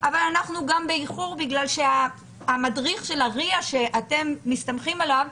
אבל אנחנו גם באיחור כי המדריך של ה-RIA שאתם מסתמכים עליו,